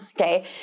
okay